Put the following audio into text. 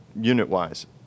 unit-wise